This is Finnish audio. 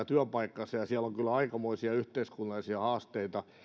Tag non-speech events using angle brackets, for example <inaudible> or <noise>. <unintelligible> työpaikkansa ja kyllä pahasti pelkään että siellä on aikamoisia yhteiskunnallisia haasteita